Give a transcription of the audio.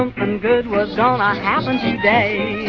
um good was ah gonna happen today